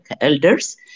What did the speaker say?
elders